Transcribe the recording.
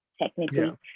technically